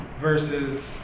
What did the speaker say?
versus